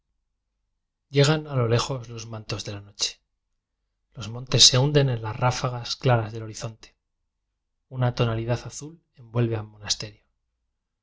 llegan a lo lejos los mantos de la no che los montes se hunden en las ráfagas claras del horizonte una tonalidad azul envuelve al monasterio